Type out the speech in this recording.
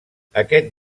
aquest